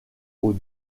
aux